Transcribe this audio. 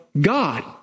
God